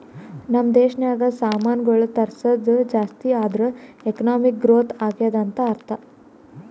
ನಮ್ ದೇಶನಾಗ್ ಸಾಮಾನ್ಗೊಳ್ ತರ್ಸದ್ ಜಾಸ್ತಿ ಆದೂರ್ ಎಕಾನಮಿಕ್ ಗ್ರೋಥ್ ಆಗ್ಯಾದ್ ಅಂತ್ ಅರ್ಥಾ